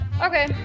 Okay